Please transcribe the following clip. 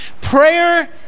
Prayer